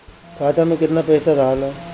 खाता में केतना पइसा रहल ह?